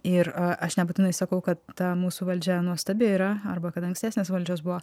ir aš nebūtinai sakau kad ta mūsų valdžia nuostabi yra arba kad ankstesnės valdžios buvo